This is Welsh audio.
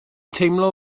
teimlo